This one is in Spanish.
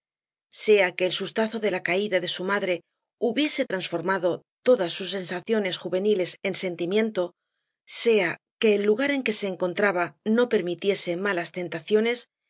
sea que el sustazo de la caída de su madre hubiese transformado todas sus sensaciones juveniles en sentimiento sea que el lugar en que se encontraba no permitiese malas tentaciones